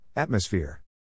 Atmosphere